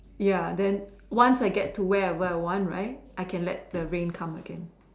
ya then once I get to wherever I want right I can let the rain come again